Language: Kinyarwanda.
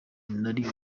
nari